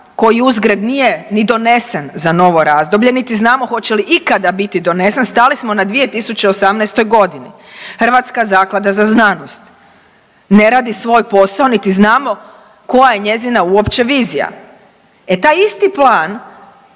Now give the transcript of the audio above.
koji uzgred nije ni donesen za novo razdoblje niti znamo hoće li ikada biti donesen, stali smo na 2018. godini. Hrvatska zaklada za znanost ne radi svoj posao niti znamo koja je njezina uopće vizija. E taj isti plan